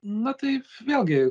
na taip vėlgi